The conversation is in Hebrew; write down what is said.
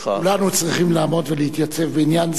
כולנו צריכים לעמוד ולהתייצב בעניין זה,